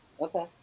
Okay